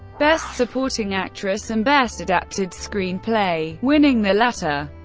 best supporting actress and best adapted screenplay, winning the latter.